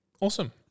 Awesome